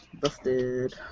Busted